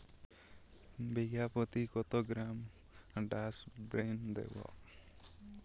বিঘাপ্রতি কত গ্রাম ডাসবার্ন দেবো?